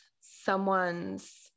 someone's